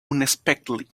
unexpectedly